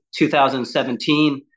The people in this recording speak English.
2017